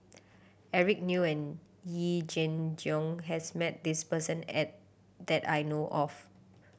Eric Neo and Yee Jenn Jong has met this person at that I know of